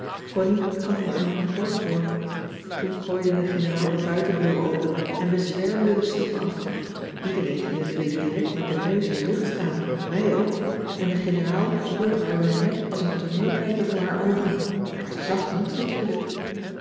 connie gaf me er nog een por voor toen gooide de generaal de buitendeuren open en we zwermden de stoep af iedereen ging natuurlijk direkt met den neus in de lucht staan wij ook en de generaal hield haar cissy van marxveldt de h b s tijd van joop ter heul lorgnet als een tooneelkijker voor haar oogen maar ze zag niets natuurlijk